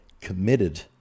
committed